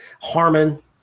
Harmon